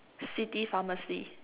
city pharmacy